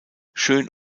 schön